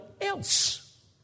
else